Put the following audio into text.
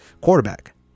quarterback